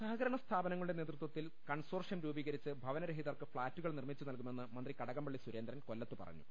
സഹകരണ സ്ഥാപനങ്ങളുടെ നേതൃത്വത്തിൽ കൺസോർഷ്യം രൂപീകരിച്ച് ഭവനരഹിതർക്ക് ഫ്ളാറ്റുകൾ നിർമ്മിച്ച് നൽകുമെന്ന് മന്ത്രി കടകംപള്ളി സുരേന്ദ്രൻ കൊല്ലത്ത് പറഞ്ഞു